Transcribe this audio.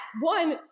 one